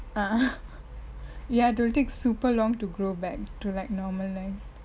uh ya you have to take super long to grow back to like normal length